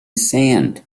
sand